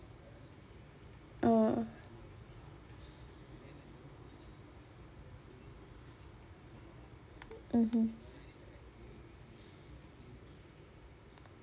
oh mmhmm